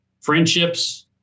friendships